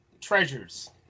treasures